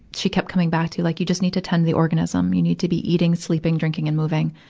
she kept coming back to like, you just need to tend the organism. you need to be eating, sleeping, drinking, and moving.